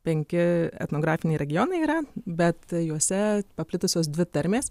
penki etnografiniai regionai yra bet juose paplitusios dvi tarmės